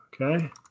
Okay